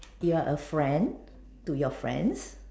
you're a friend to your friends